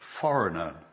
foreigner